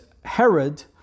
Herod